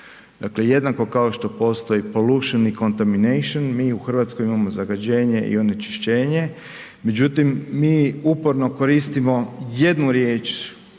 Dakle jednako kao što postoji polution i contamination, mi u Hrvatskoj imamo „zagađenje“ i „onečišćenje“ međutim, mi uporno koristimo jednu riječ